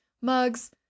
mugs